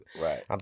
Right